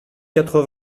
quatre